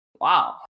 Wow